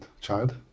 child